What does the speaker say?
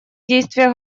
действия